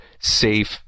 safe